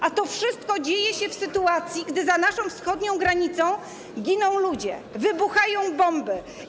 A to wszystko dzieje się w sytuacji, gdy za naszą wschodnią granicą giną ludzie, wybuchają bomby.